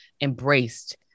embraced